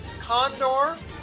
Condor